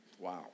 Wow